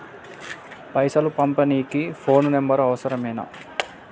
పైసలు పంపనీకి phone number అవసరమేనా?